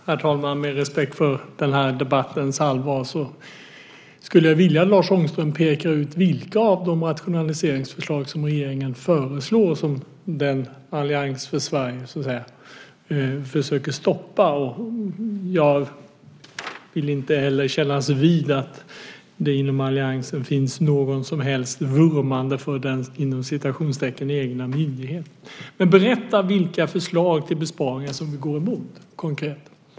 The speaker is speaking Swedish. Herr talman! Med respekt för den här debattens allvar skulle jag vilja att Lars Ångström pekar ut vilka av de rationaliseringsförslag som regeringen föreslår som Allians för Sverige försöker stoppa. Jag vill inte heller kännas vid att det inom alliansen finns något som helst vurmande för den "egna myndigheten". Berätta vilka förslag till besparingar som vi går emot!